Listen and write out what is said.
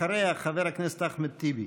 אחריה, חבר הכנסת אחמד טיבי.